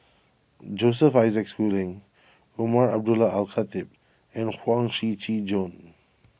Joseph Isaac Schooling Umar Abdullah Al Khatib and Huang Shiqi Joan